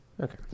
Okay